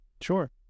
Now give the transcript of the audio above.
Sure